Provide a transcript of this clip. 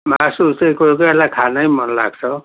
मासु चाहिँ कोही कोही बेला खानै मन लाग्छ हौ